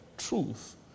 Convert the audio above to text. truth